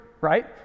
Right